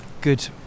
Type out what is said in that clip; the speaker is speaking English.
good